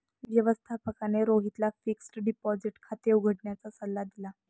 व्यवस्थापकाने रोहितला fixed deposit खाते उघडण्याचा सल्ला दिला